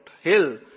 hill